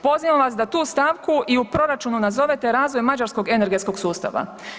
Pozivam vas da tu stavku i u proračunu nazovete razvoj mađarskog energetskog sustava.